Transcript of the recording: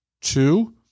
Two